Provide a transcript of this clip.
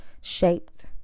shaped